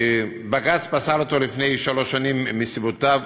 בג"ץ פסל אותו לפני שלוש שנים מסיבותיו,